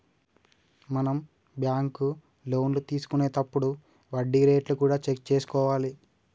మనం బ్యాంకు లోన్లు తీసుకొనేతప్పుడు వడ్డీ రేట్లు కూడా చెక్ చేసుకోవాలి